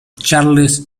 charles